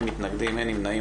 אין מתנגדים, אין נמנעים.